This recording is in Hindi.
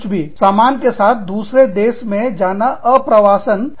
बोरिया बिस्तर सामान के साथ दूसरे देश जाना आप्रवासन है